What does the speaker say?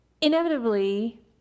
inevitably